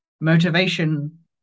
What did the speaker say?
Motivation